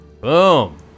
Boom